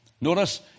Notice